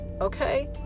Okay